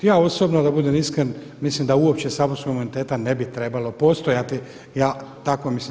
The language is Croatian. Ja osobno da budem iskren mislim da uopće saborskog imuniteta ne bi trebalo postojati ja tako mislim.